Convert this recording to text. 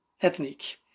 ethnic